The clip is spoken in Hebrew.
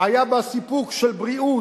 היה בה סיפוק של בריאות,